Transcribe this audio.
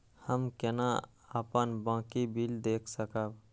हम केना अपन बाँकी बिल देख सकब?